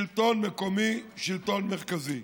שלטון מקומי שלטון מרכזי.